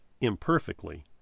imperfectly